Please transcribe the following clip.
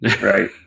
Right